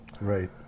Right